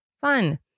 fun